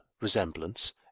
resemblance